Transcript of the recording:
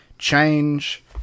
change